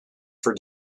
for